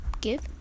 give